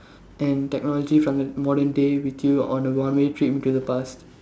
and technology for the modern day with you on a one way trip into the past